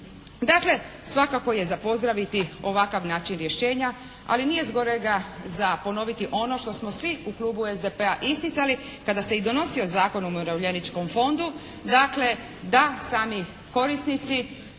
Dakle, svakako je za pozdraviti ovakav način rješenja ali nije zgorega za ponoviti ono što smo svi u Klubu SDP-a isticali kada se i donosio Zakon o umirovljeničkom fondu dakle da sami korisnici